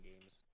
games